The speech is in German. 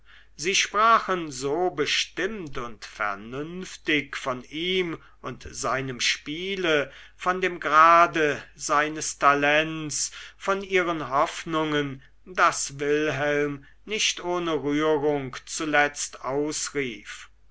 sie sprachen so bestimmt und vernünftig von ihm und seinem spiele von dem grade seines talents von ihren hoffnungen daß wilhelm nicht ohne rührung zuletzt ausrief